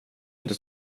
inte